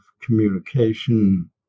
communication